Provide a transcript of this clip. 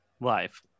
life